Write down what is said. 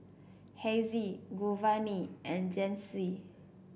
Hezzie Giovanni and Jensen